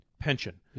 pension